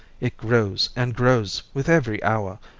it grows and grows with every hour,